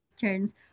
turns